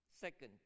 Second